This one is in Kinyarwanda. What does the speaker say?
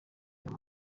uwo